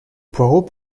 poirot